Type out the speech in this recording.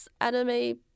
anime